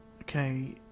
Okay